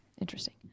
Interesting